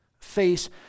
face